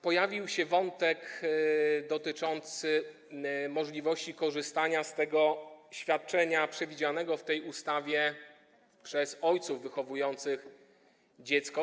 Pojawił się wątek dotyczący możliwości korzystania ze świadczenia przewidzianego w tej ustawie przez ojców wychowujących dzieci.